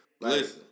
Listen